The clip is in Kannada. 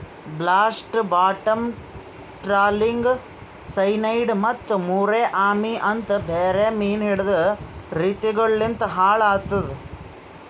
ಬ್ಲಾಸ್ಟ್, ಬಾಟಮ್ ಟ್ರಾಲಿಂಗ್, ಸೈನೈಡ್ ಮತ್ತ ಮುರೋ ಅಮಿ ಅಂತ್ ಬೇರೆ ಮೀನು ಹಿಡೆದ್ ರೀತಿಗೊಳು ಲಿಂತ್ ಹಾಳ್ ಆತುದ್